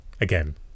again